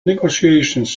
negotiations